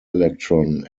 electron